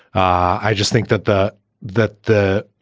i just think that the that the